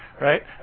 right